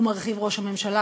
ומרחיב ראש הממשלה,